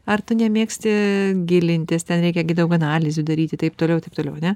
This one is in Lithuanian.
ar tu nemėgsti gilintis ten reikia gi daug analizių daryti taip toliau taip toliau ane